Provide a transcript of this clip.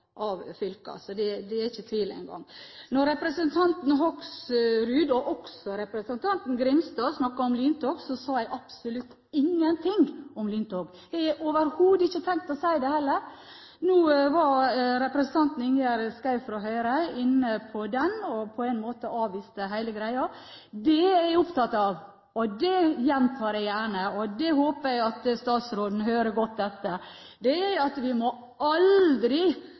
det er det ikke tvil om engang. Representanten Hoksrud og også representanten Grimstad snakket om lyntog, men jeg sa absolutt ingenting om lyntog – jeg hadde overhodet ikke tenkt å si det heller. Nå var representanten Ingjerd Schou fra Høyre inne på det og på en måte avviste hele greia. Det jeg er opptatt av, og det gjentar jeg gjerne – og jeg håper statsråden hører godt etter – er at vi aldri må